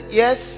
yes